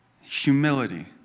humility